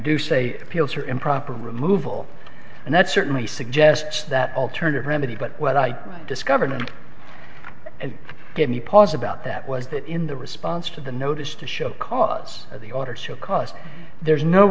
do say appeals are improper removal and that certainly suggests that alternative remedy but what i discovered and give me pause about that was that in the response to the notice to show cause of the order to cause there's no